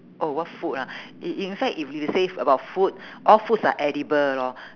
oh what food ah in in fact if you say about food all foods are edible lor